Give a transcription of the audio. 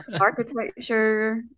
Architecture